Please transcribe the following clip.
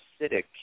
acidic